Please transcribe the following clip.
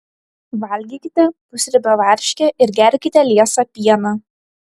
valgykite pusriebę varškę ir gerkite liesą pieną